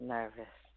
Nervous